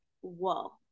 whoa